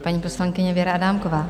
Paní poslankyně Věra Adámková.